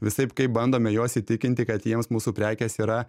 visaip kaip bandome juos įtikinti kad jiems mūsų prekės yra